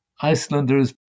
Icelanders